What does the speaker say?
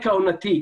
העונתי,